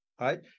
Right